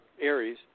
Aries